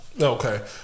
Okay